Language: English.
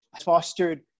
fostered